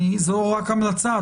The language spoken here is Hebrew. זו רק המלצה,